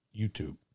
YouTube